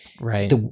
Right